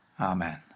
Amen